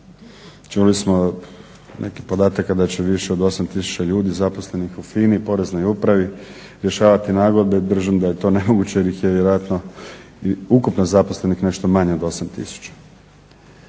Čuli smo nekih podataka da će više od 8000 ljudi zaposlenih u FINA-i i Poreznoj upravi rješavati nagodbe. Držim da je to nemoguće jer ih je vjerojatno ukupno nešto manje od 8000.